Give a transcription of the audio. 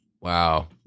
Wow